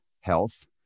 health